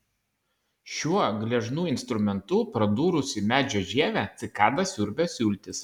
šiuo gležnu instrumentu pradūrusi medžio žievę cikada siurbia sultis